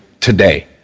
today